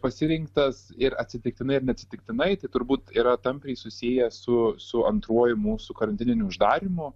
pasirinktas ir atsitiktinai ir neatsitiktinai tai turbūt yra tampriai susiję su su antruoju mūsų karantininiu uždarymu